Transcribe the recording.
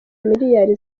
miliyali